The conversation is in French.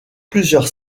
plusieurs